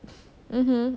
mmhmm